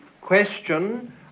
question